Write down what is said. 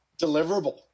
deliverable